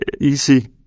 easy